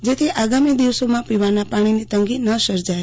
જેથી આગમી દિવસોમાં પીવાના પાણીની તંગી ન સર્જાય